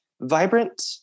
vibrant